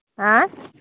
ऑं